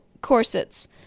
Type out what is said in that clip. corsets